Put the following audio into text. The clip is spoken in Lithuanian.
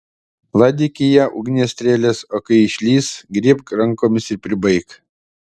laidyk į ją ugnies strėles o kai išlįs griebk rankomis ir pribaik